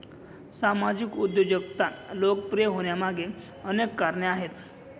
सामाजिक उद्योजकता लोकप्रिय होण्यामागे अनेक कारणे आहेत